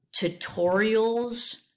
tutorials